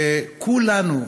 וכולנו,